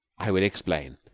i will explain.